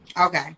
okay